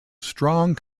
strong